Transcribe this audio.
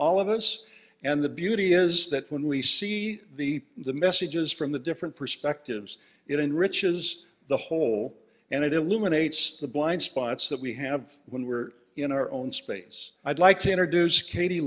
all of us and the beauty is that when we see the the messages from the different perspectives it enriches the whole and it illuminates the blindspots that we have when we were in our own space i'd like to introduce katie